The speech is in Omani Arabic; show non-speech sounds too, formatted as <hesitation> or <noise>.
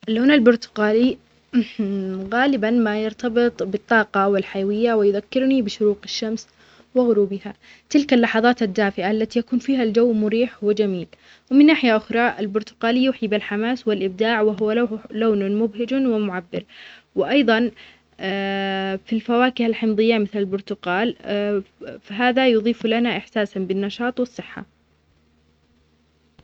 اللون البرتقالي <hesitation> غالبًا ما يرتبط بالطاقة والحيوية ويذكرني بشروق الشمس و غروبها، تلك اللحظات الدافئة التي يكون فيها الجو مريح وجميل، ومن ناحية أخرى البرتقالي يوحي بالحماس والإبداع وهو لو- لون مبهج ومعبر، وأيضًا <hesitation> في الفواكه الحمضية مثل البرتقال <hesitation> هذا يضيف لنا إحساسًا بالنشاط والصحة.